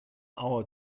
hour